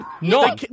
No